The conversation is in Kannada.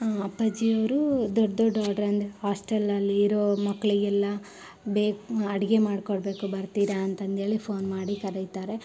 ಅಪ್ಪಾಜಿ ಅವರು ದೊಡ್ಡ ದೊಡ್ಡ ಆಡ್ರ್ ಅಂದರೆ ಹಾಸ್ಟೆಲಲ್ಲಿ ಇರೋ ಮಕ್ಕಳಿಗೆಲ್ಲ ಬೇಕು ಅಡುಗೆ ಮಾಡ್ಕೊಳ್ಬೇಕು ಬರ್ತೀರಾ ಅಂತಂದೇಳಿ ಫೋನ್ ಮಾಡಿ ಕರಿತಾರೆ